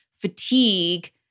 fatigue